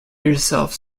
yourself